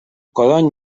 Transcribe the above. codony